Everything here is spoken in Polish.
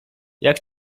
jak